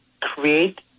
create